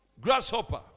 grasshopper